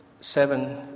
seven